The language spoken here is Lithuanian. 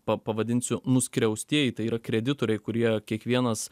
pa pavadinsiu nuskriaustieji tai yra kreditoriai kurie kiekvienas